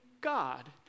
God